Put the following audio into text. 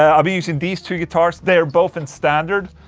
and been using these two guitars, they're both in standard